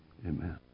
Amen